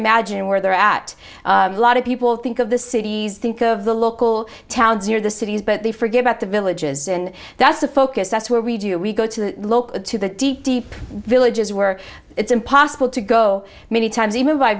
imagine where they're at a lot of people think of the cities think of the local towns or the cities but they forget about the villages and that's the focus that's where we do we go to the local to the deep deep villages where it's impossible to go many times even by